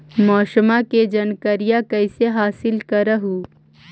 मौसमा के जनकरिया कैसे हासिल कर हू?